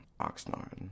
Oxnard